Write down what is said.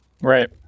Right